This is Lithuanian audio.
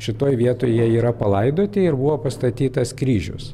šitoj vietoj jie yra palaidoti ir buvo pastatytas kryžius